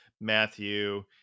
Matthew